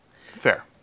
Fair